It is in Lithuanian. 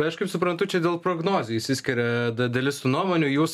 aišku suprantu čia dėl prognozių išsiskiria da dalis nuomonių jūs